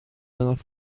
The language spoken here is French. dernière